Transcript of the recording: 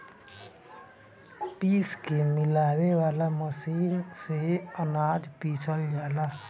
पीस के मिलावे वाला मशीन से अनाज पिसल जाला